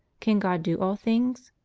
can god do all things?